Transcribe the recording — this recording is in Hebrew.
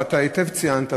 והיטב ציינת,